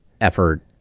effort